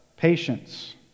Patience